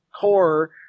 core